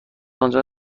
آنجا